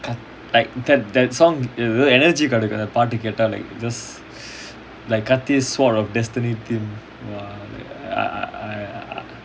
like that that song energy கிடைக்கும்:kidaikum just like பாட்டுகேட்டாலே:paatu ketale sword of destiny theme !wah! I I I